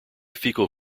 fecal